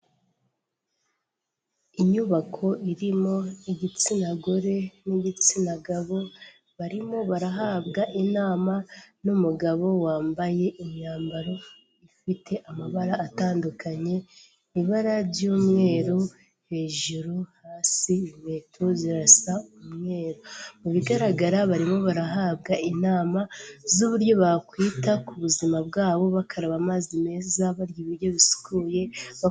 Inyubako irimo igitsina gore n'igitsina gabo, barimo barahabwa inama n'umugabo wambaye imyambaro ifite amabara atandukanye, ibara ry'umweru hejuru hasi inkweto zirasa umweru. Mu bigaragara barimo barahabwa inama z'uburyo bakwita ku buzima bwabo, bakaraba amazi meza barya ibiryo bisukuye.